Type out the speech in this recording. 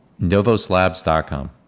Novoslabs.com